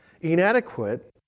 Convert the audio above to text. inadequate